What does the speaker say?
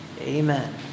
Amen